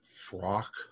frock